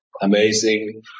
amazing